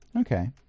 Okay